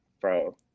bro